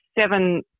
seven